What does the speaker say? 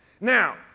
Now